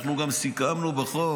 אנחנו גם סיכמנו בחוק